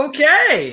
Okay